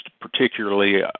particularly –